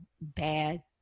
bad